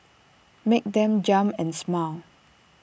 make them jump and smile